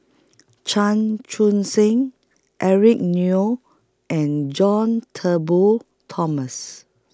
Chan Chun Sing Eric Neo and John Turnbull Thomas